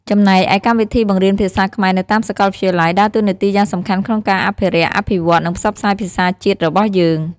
ចំណែកឯកម្មវិធីបង្រៀនភាសាខ្មែរនៅតាមសាកលវិទ្យាល័យ ដើរតួនាទីយ៉ាងសំខាន់ក្នុងការអភិរក្ស អភិវឌ្ឍ និងផ្សព្វផ្សាយភាសាជាតិរបស់យើង។